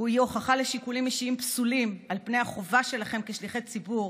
היא הוכחה לשיקולים אישיים פסולים לעומת החובה שלכם כשליחי ציבור